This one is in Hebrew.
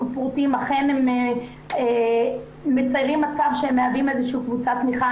הם מציירים מצב שהם מהווים איזו קבוצת תמיכה.